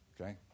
Okay